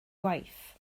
waith